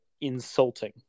insulting